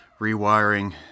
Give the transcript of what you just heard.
rewiring